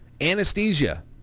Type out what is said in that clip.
anesthesia